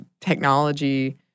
technology